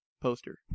poster